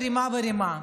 ורימה ורימה,